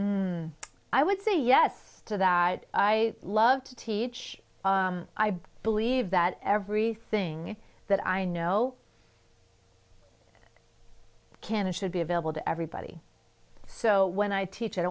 i would say yes to that i love to teach i believe that everything that i know can and should be available to everybody so when i teach